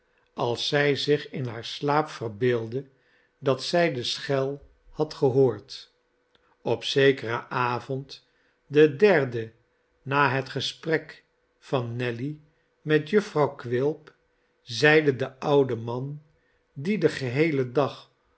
als zij zich in haar slaap verbeeldde dat zij de schel had gehoord op zekeren avond den derden na het gesprek van nelly met jufvrouw quilp zeide de oude man die den geheelen dag